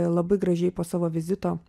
labai gražiai po savo vizito